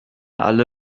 alle